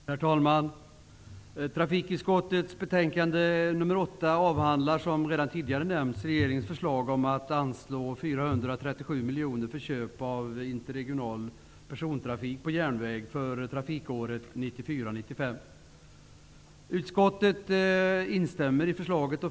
Herr talman! Trafikutskottets betänkande nr 8 avhandlar som tidigare nämnts regeringens förslag om att anslå 437 miljoner för köp av interregional persontrafik på järnväg för trafikåret 94/95.